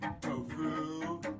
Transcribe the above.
tofu